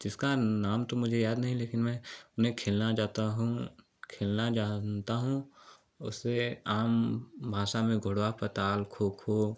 जिसका नाम तो मुझे याद नहीं लेकिन मैं मैं खेलना जाता हूँ खेलना जानता हूँ उसे आम भाषा में घोड़वा पताल खो खो